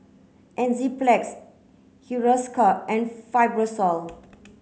Enzyplex Hiruscar and Fibrosol